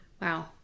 Wow